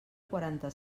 quaranta